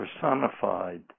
personified